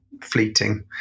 fleeting